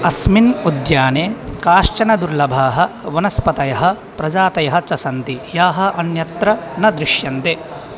अस्मिन् उद्याने काश्चन दुर्लभाः वनस्पतयः प्रजातयः च सन्ति याः अन्यत्र न दृश्यन्ते